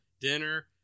dinner